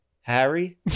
Harry